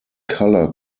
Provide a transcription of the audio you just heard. color